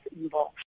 involved